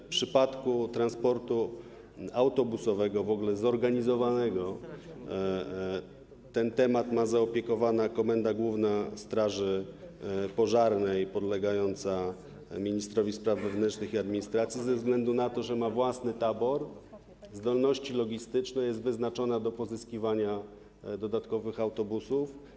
W przypadku transportu autobusowego, w ogóle zorganizowanego, ten temat jest zaopiekowany przez Komendę Główną Państwowej Straży Pożarnej podlegającą ministrowi spraw wewnętrznych i administracji ze względu na to, że ma własny tabor, zdolności logistyczne, jest wyznaczona do pozyskiwania dodatkowych autobusów.